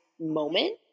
moment